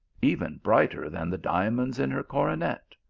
even brighter than the diamonds in her coro net.